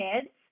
kids